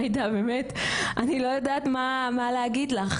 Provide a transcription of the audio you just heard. עאידה, באמת, אני לא יודעת מה להגיד לך.